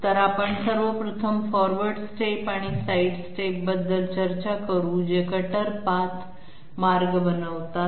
तर आपण सर्व प्रथम फॉरवर्ड स्टेप आणि साईड स्टेपबद्दल चर्चा करू जे कटर पाथ बनवतात